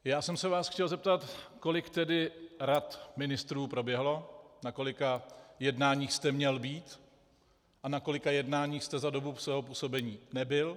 Já jsem se vás chtěl zeptat, kolik tedy rad ministrů proběhlo, na kolika jednáních jste měl být a na kolika jednáních jste za dobu svého působení nebyl.